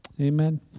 Amen